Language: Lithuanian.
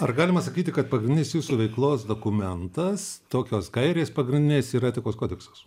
ar galima sakyti kad pagrindinis jūsų veiklos dokumentas tokios gairės pagrindinės yra etikos kodeksas